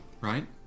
right